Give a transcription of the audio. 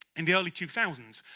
in the early two thousand